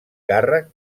càrrec